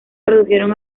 produjeron